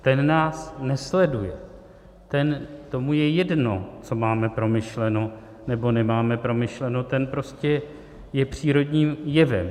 Ten nás nesleduje, tomu je jedno, co máme promyšleno nebo nemáme promyšleno, ten je prostě přírodním jevem.